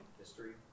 history